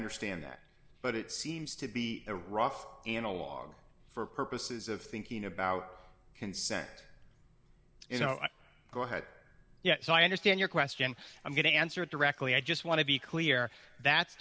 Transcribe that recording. understand that but it seems to be a rough analogue for purposes of thinking about consent go ahead yes i understand your question i'm going to answer it directly i just want to be clear that's